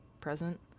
present